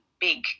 big